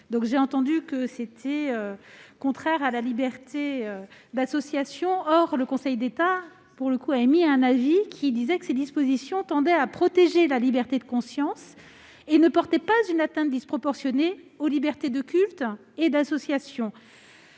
que ces dernières seraient contraires à la liberté d'association. Or le Conseil d'État a rendu un avis précisant que ces dispositions tendaient à protéger la liberté de conscience et ne portaient pas une atteinte disproportionnée aux libertés de culte et d'association.